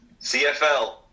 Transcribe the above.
CFL